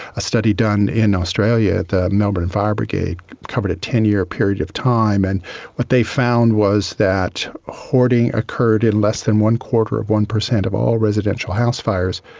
a study done in australia, the melbourne fire brigade covered a ten year period of time and what they found was that hoarding occurred in less than one-quarter of one percent of all residential house fires.